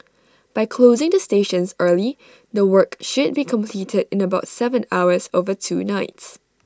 by closing the stations early the work should be completed in about Seven hours over two nights